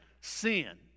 sin